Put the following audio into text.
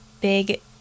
big